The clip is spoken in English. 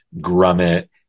grummet